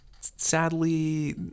Sadly